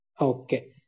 Okay